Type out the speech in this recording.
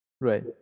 Right